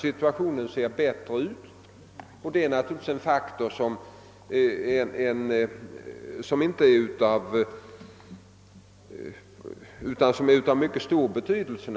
Situationen ser nu bättre ut, och det är naturligtvis en faktor av mycket stor betydelse.